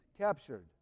captured